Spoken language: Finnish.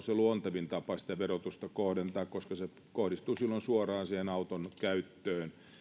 se luontevin tapa sitä verotusta kohdentaa koska se kohdistuu silloin suoraan siihen auton käyttöön